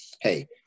hey